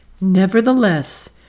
nevertheless